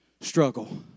struggle